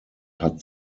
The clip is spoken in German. hat